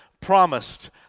promised